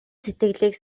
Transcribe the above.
сэтгэлийг